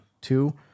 Two